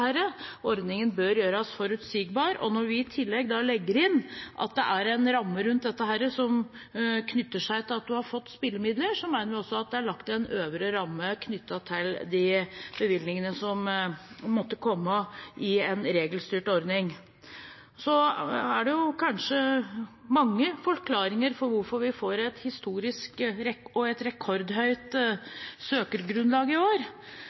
dette. Ordningen bør gjøres forutsigbar, og når vi i tillegg legger inn at det er en ramme rundt dette som knytter seg til at du har fått spillemidler, så mener vi også at det er lagt en øvre ramme knyttet til de bevilgningene som måtte komme i en regelstyrt ordning. Så er det kanskje mange forklaringer på hvorfor vi får et historisk og et rekordhøyt søkergrunnlag i år.